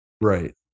Right